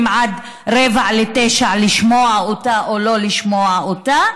עד 20:45 לשמוע אותה או לא לשמוע אותה,